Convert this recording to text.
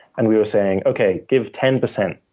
and we were saying, okay, give ten percent.